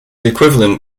equivalent